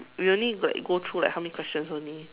we only got like go through like how many question only